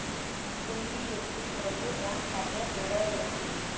NBFC మరియు bank మధ్య తేడా ఏమిటీ?